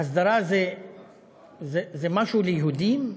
ההסדרה זה משהו ליהודים?